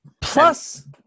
Plus